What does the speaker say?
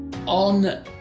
On